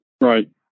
Right